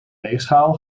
weegschaal